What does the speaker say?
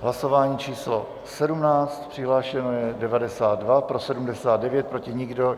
Hlasování číslo 17, přihlášeno je 92, pro 79, proti nikdo.